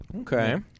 Okay